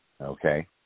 Okay